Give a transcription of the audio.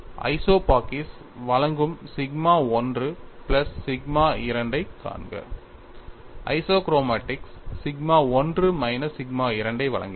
ஐசோபாக்கிக்ஸ் வழங்கும் sigma 1 plus sigma 2 ஐக் காண்க ஐசோக்ரோமாடிக்ஸ் சிக்மா 1 மைனஸ் சிக்மா 2 ஐ வழங்குகிறது